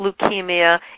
leukemia